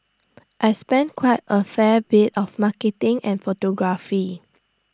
I spend quite A fair bit of marketing and photography